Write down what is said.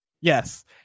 Yes